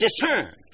discerned